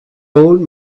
old